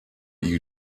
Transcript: you